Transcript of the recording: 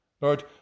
Lord